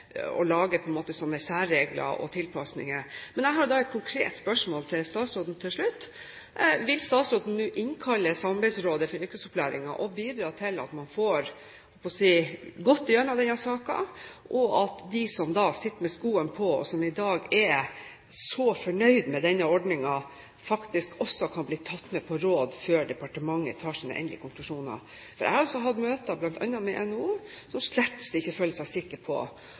særregler og tilpasninger. Jeg har et konkret spørsmål til statsråden til slutt: Vil statsråden innkalle Samarbeidsrådet for yrkesopplæring og bidra til at man får gått gjennom denne saken, og at de som har skoen på, og som i dag er fornøyd med denne ordningen, faktisk også kan bli tatt med på råd før departementet trekker sine endelige konklusjoner? Jeg har også hatt møter, bl.a. med NHO, som slett ikke føler seg sikker på